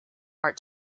art